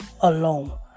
alone